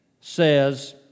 says